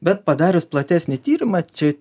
bet padarius platesnį tyrimą čia